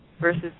versus